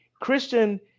Christian